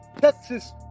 Texas